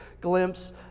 glimpse